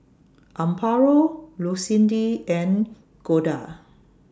Amparo Lucindy and Golda